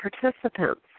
participants